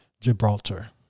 Gibraltar